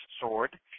Sword